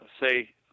say